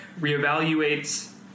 reevaluates